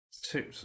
Two